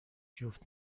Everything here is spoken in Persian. جفت